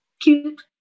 cute